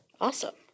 Awesome